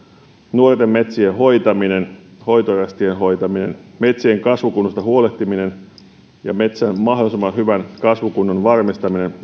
nuorten metsien hoitaminen hoitorästien hoitaminen metsien kasvukunnosta huolehtiminen ja metsän mahdollisimman hyvän kasvukunnon varmistaminen